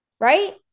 right